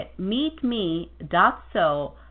meetme.so